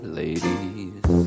ladies